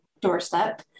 doorstep